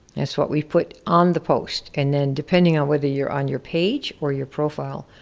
that's what we put on the post and then depending on whether you're on your page or your profile,